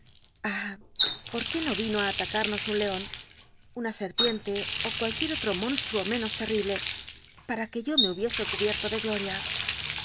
por qué no rino i atacarnos un con una serpiente ó cualquier otro monstruo menos terl'iblc pam que o me hubiese cubierto le glol'ia